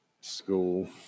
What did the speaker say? School